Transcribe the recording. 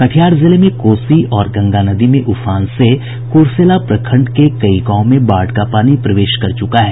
कटिहार जिले में कोसी और गंगा नदी में उफान से कर्सेला प्रखंड के कई गांवों में बाढ़ का पानी प्रवेश कर चुका है